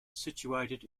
situated